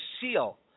seal